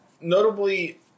Notably